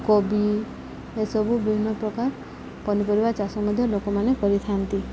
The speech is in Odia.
କୋବି ଏସବୁ ବିଭିନ୍ନ ପ୍ରକାର ପନିପରିବା ଚାଷ ମଧ୍ୟ ଲୋକମାନେ କରିଥାନ୍ତି